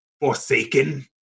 forsaken